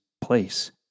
place